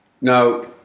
No